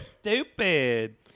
stupid